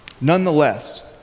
Nonetheless